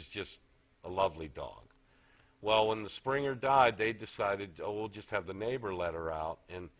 was just a lovely dog well when the springer died they decided to will just have the neighbor letter out and